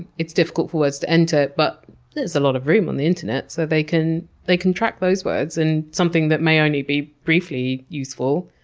it's difficult for words to enter, but there's a lot of room on the internet so they can they can track those words, and something that may only be briefly useful,